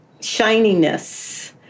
shininess